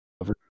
over